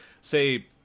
say